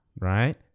right